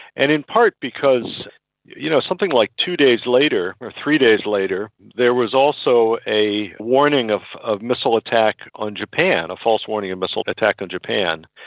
and in part because you know something like two days later or three days later there was also a warning of of missile attack on japan, a false warning of missile attack on japan.